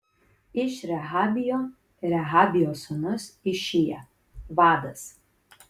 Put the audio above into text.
iš rehabijo rehabijo sūnus išija vadas